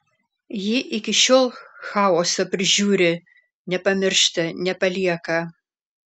ji iki šiol chaosą prižiūri nepamiršta nepalieka